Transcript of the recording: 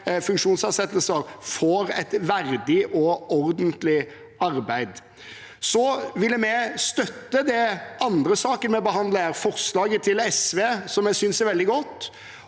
funksjonsnedsettelser får et verdig og ordentlig arbeid. Så vil vi støtte den andre saken vi behandler her, forslaget til SV, som jeg synes er veldig godt,